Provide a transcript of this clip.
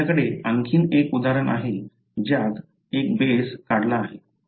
आपल्याकडे आणखी एक उदाहरण आहे ज्यात एक बेस काढला आहे